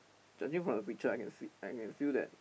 judging from the picture I can see I can feel that